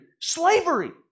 Slavery